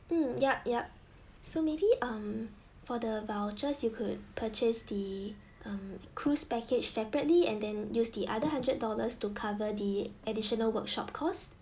mm yup yup so maybe um for the vouchers you could purchase the mm cruise package separately and then use the other hundred dollars to cover the additional workshop costs